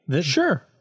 Sure